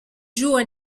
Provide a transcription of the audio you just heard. joue